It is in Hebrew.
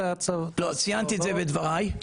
ציינתי את זה בדבריי.